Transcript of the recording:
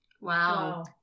Wow